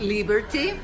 Liberty